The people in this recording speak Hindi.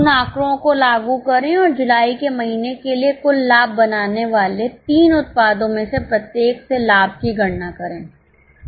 उन आंकड़ों को लागू करें और जुलाई के महीने के लिए कुल लाभ बनाने वाले तीन उत्पादों में से प्रत्येक से लाभ की गणना करें